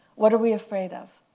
what are we afraid of?